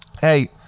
Hey